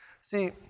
See